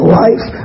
life